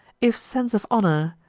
if sense of honor,